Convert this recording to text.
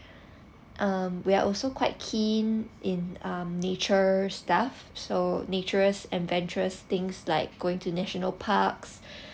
uh we are also quite keen in um nature stuff so nature's and venturous things like going to national parks